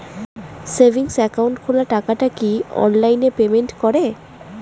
Savings account খোলা টাকাটা কি অনলাইনে পেমেন্ট করে?